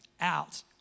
out